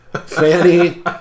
Fanny